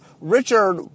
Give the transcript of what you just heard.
Richard